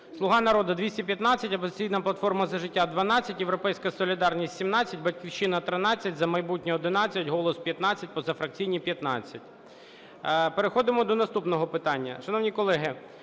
Переходимо до наступного питання,